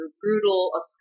brutal